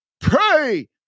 Pray